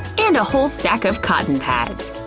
and a whole stack of cotton pads,